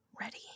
ready